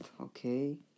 okay